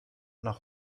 nach